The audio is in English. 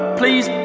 please